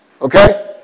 Okay